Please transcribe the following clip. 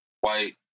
white